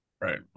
Right